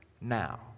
now